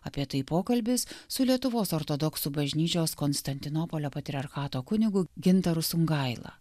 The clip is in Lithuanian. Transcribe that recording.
apie tai pokalbis su lietuvos ortodoksų bažnyčios konstantinopolio patriarchato kunigu gintaru sungaila